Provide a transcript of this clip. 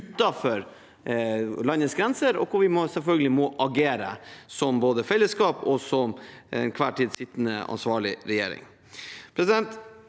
utenfor landets grenser, hvor vi selvfølgelig må agere som fellesskap – også den til enhver tid sittende ansvarlige regjering.